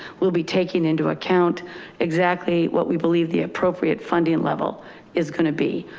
we'll be taking into account exactly what we believe the appropriate funding level is going to be.